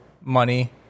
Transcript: money